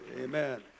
Amen